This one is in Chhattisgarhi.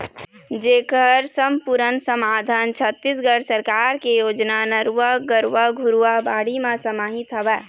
जेखर समपुरन समाधान छत्तीसगढ़ सरकार के योजना नरूवा, गरूवा, घुरूवा, बाड़ी म समाहित हवय